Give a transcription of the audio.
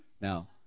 Now